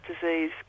disease